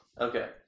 Okay